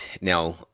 Now